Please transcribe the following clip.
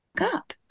up